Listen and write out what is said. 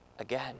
Again